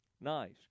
Nice